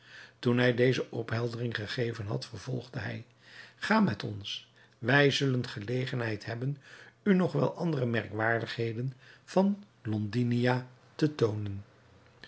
toen hij deze opheldering gegeven had vervolgde hij ga met ons wij zullen gelegenheid hebben u nog wel andere merkwaardigheden van londinia te toonen